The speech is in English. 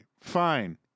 fine